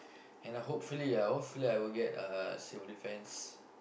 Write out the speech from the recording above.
and I hopefully ah hopefully I will get uh civil defense